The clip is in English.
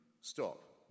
stop